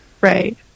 Right